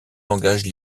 langages